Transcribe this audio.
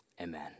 amen